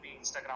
Instagram